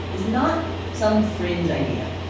is not some fringe idea.